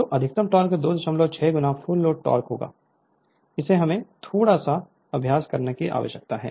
तो अधिकतम टोक़ 26 गुना फुल लोड टोक़ होगा इसे हमें थोड़ा सा अभ्यास करने की आवश्यकता है